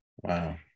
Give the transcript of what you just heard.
Wow